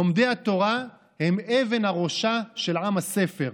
לומדי התורה הם אבן הראשה של עם הספר,